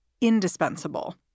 indispensable